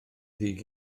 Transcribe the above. ddig